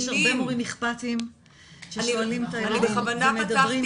יש מלא מורים אכפתיים ששואלים את הילדים ומדברים עם הילדים.